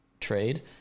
trade